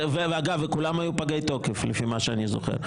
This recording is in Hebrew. אגב, כולם היו פגי תוקף, לפי מה שאני זוכר.